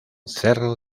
cerro